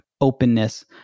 openness